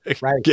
Right